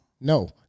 No